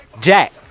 jack